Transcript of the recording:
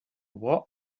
what